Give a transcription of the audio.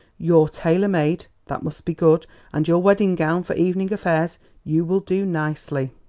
your tailor-made that must be good and your wedding gown for evening affairs you will do nicely.